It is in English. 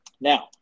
Now